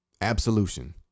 Absolution